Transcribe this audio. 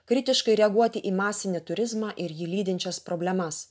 kritiškai reaguoti į masinį turizmą ir jį lydinčias problemas